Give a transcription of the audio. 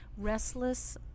Restless